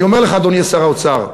אני אומר לך, אדוני שר האוצר,